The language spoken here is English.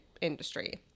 industry